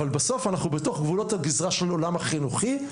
אבל בסוף אנחנו בתוך גבולות הגזרה של עולם החינוכי,